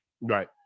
Right